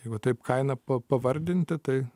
jei ta vaip kainą pa pavardinti tai